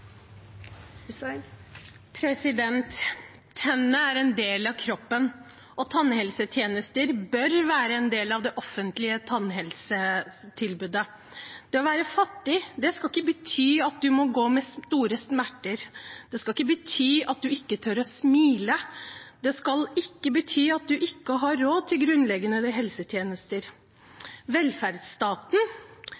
en del av kroppen, og tannhelsetjenester bør være en del av det offentlige tannhelsetilbudet. Det å være fattig skal ikke bety at man må gå med store smerter. Det skal ikke bety at man ikke tør å smile. Det skal ikke bety at man ikke har råd til grunnleggende helsetjenester.